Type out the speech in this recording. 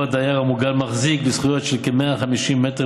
שבו הדייר המוגן מחזיק בזכויות של כ-150 מ"ר